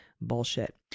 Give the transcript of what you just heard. bullshit